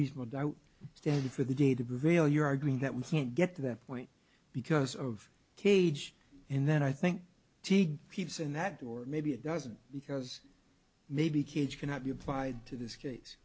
reasonable doubt standard for the day to be vale you're arguing that we can't get to that point because of cage and then i think teague peeps in that or maybe it doesn't because maybe cage cannot be applied to this case